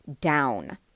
down